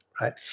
right